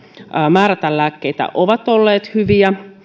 määrätä lääkkeitä ovat olleet hyviä